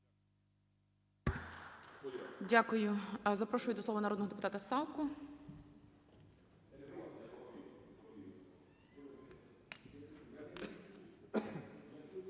Дякую. Запрошую до слова народного депутата Савку.